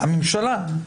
הממשלה.